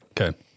Okay